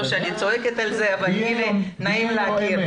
לא שאני צועקת את זה אבל נעים להכיר.